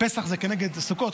פסח הוא כנגד סוכות,